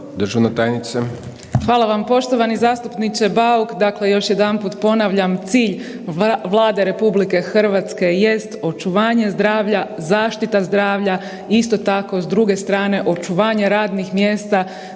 Hvala vam poštovani zastupniče Bauk.